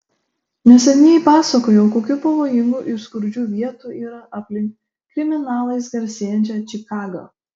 neseniai pasakojau kokių pavojingų ir skurdžių vietų yra aplink kriminalais garsėjančią čikagą